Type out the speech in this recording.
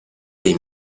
dei